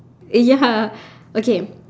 ya okay